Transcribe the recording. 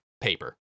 paper